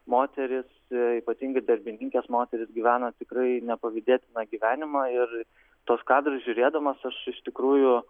moterys ypatingai darbininkės moterys gyveno tikrai nepavydėtiną gyvenimą ir tuos kadrus žiūrėdamas aš iš tikrųjų